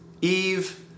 Eve